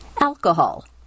Alcohol